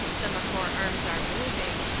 semaphore arms are moving,